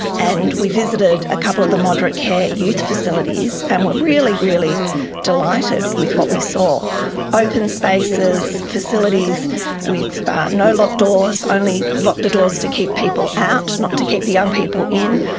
and we visited a couple of the moderate care youth facilities and were really, really delighted with what we saw open spaces, facilities with no locked doors, only lock the doors to keep people out, not to keep the young people in,